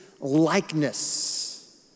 likeness